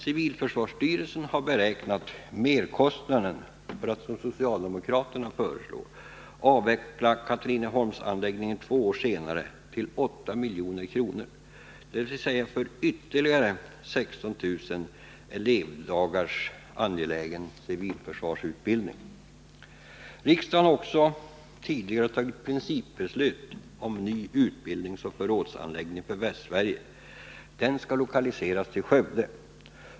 Civilförsvarsstyrelsen har beräknat merkostnaden för att — som socialdemokraterna föreslår — avveckla Katrineholmsanläggningen två år senare till 8 milj.kr., dvs. för ytterligare 16 000 elevdagars angelägen civilförsvarsutbildning. Riksdagen har tidigare fattat principbeslut om ny utbildningsoch förrådsanläggning för Västsverige. Den skall lokaliseras till Skövde.